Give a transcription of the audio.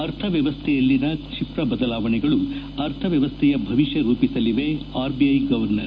ಅರ್ಥವ್ಲವಸ್ಥೆಯಲ್ಲಿನ ಕ್ಷಿಪ್ರ ಬದಲಾವಣೆಗಳು ಅರ್ಥವ್ಲವಸ್ಥೆಯ ಭವಿಷ್ಣ ರೂಪಿಸಲಿವೆ ಆರ್ಬಿಐ ಗೌರ್ನರ್